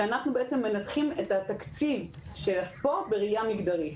שבו אנחנו מנתחים את התקציב של הספורט בראייה מגדרית.